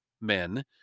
men